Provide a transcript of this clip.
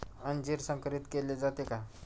अंजीर संकरित केले जाते का?